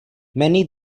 many